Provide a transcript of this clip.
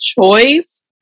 choice